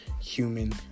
human